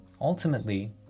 ultimately